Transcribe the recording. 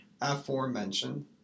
Aforementioned